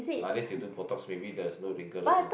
unless you do botox maybe there's no wrinkles lah